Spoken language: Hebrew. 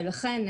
לכן,